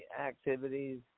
activities